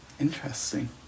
Interesting